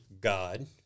God